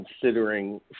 considering